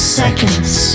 seconds